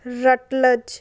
rutledge